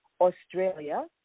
Australia